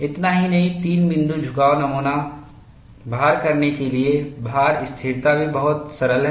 इतना ही नहीं तीन बिंदु झुकाव नमूना भार करने के लिए भार स्थिरता भी बहुत सरल है